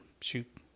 shoot